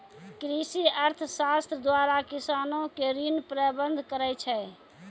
कृषि अर्थशास्त्र द्वारा किसानो के ऋण प्रबंध करै छै